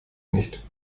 nicht